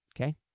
okay